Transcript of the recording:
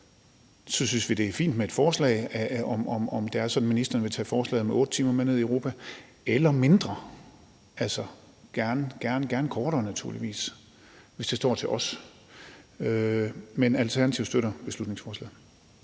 så synes vi, det er fint med et forslag om 8 timer, hvis det er sådan, at ministeren vil tage forslaget om 8 timer med ned til EU – eller om færre timer, altså naturligvis gerne kortere, hvis det står til os. Men Alternativet støtter beslutningsforslaget.